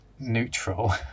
neutral